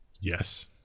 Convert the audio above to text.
Yes